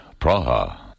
Praha